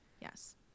Yes